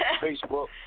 Facebook